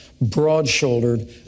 broad-shouldered